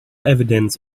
evidence